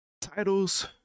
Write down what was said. titles